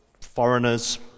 foreigners